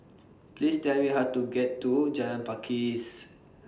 Please Tell Me How to get to Jalan Pakis